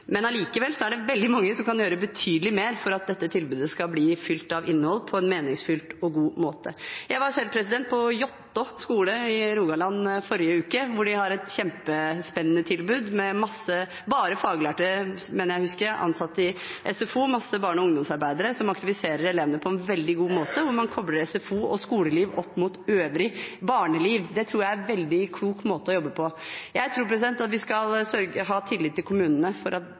er det veldig mange som kan gjøre betydelig mer for at dette tilbudet skal bli fylt av innhold på en meningsfylt og god måte. Jeg var selv på Jåtten skole i Rogaland i forrige uke, hvor de har et kjempespennende tilbud, med bare faglærte ansatte i SFO, mener jeg å huske, mange barne- og ungdomsarbeidere som aktiviserer elevene på en veldig god måte, hvor man kobler SFO og skoleliv opp mot det øvrige barnelivet. Det tror jeg er en veldig klok måte å jobbe på. Jeg tror at vi skal ha tillit til at kommunene